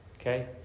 Okay